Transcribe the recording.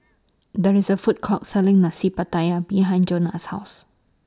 There IS A Food Court Selling Nasi Pattaya behind Jonna's House